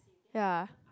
ya